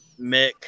Mick